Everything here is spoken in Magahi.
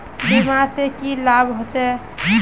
बीमा से की लाभ होचे?